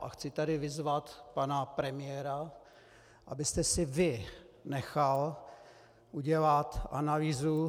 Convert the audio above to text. A chci tady vyzvat pana premiéra, aby si on nechal udělat analýzu.